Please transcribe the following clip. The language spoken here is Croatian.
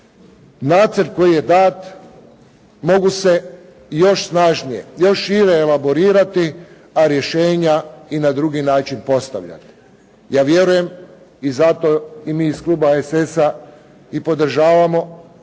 nacrt koji je dat mogu se još snažnije, još šire elaborirati a rješenja i na drugi način postavljati. Ja vjerujem i zato i mi iz kluba HSS-a i podržavamo